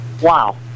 wow